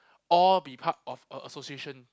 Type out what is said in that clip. or be part of a association